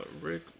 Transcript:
Rick